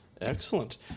Excellent